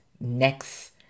next